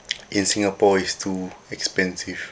in singapore is too expensive